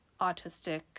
autistic